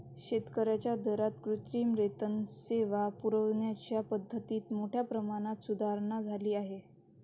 शेतकर्यांच्या दारात कृत्रिम रेतन सेवा पुरविण्याच्या पद्धतीत मोठ्या प्रमाणात सुधारणा झाली आहे